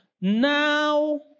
now